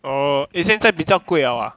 oh eh 现在比较贵了 ah